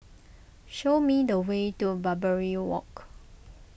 show me the way to Barbary Walk